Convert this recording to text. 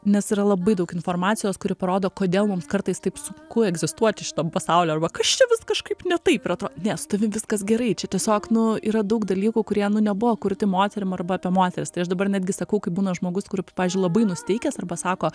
nes yra labai daug informacijos kuri parodo kodėl mums kartais taip sunku egzistuoti šitam pasauly arba kas čia vis kažkaip ne taip ir atrodo ne su tavim viskas gerai čia tiesiog nu yra daug dalykų kurie nu nebuvo kurti moterim arba apie moteris tai aš dabar netgi sakau kaip būna žmogus kur pavyzdžiui labai nusiteikęs arba sako